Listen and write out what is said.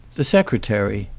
the secretary,